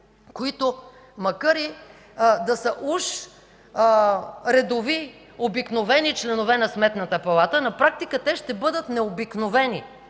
които макар и да са уж редови, обикновени членове на Сметната палата, на практика ще бъдат необикновени